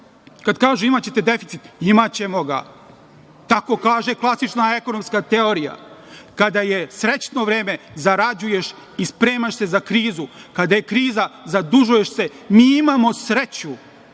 Kad kažu imaćete deficit, imaćemo ga. Tako kaže klasična ekonomska teorija – kada je srećno vreme zarađuješ i spremaš se za krizu, kada je kriza, zadužuješ se. Mi imamo sreću